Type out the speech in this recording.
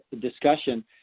discussion